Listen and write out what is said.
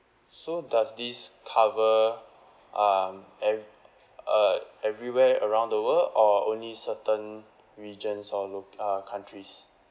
so does this cover um ev~ uh everywhere around the world or only certain regions or lo~ uh countries